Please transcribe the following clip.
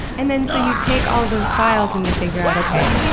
and then, so you take all those files and you figure out, okay.